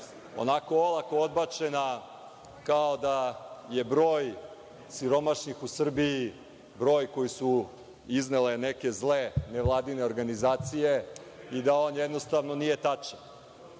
onako olako odbačena kao da je broj siromašnih u Srbiji broj koji su iznele neke zle nevladine organizacije i da on jednostavno nije tačan. Sada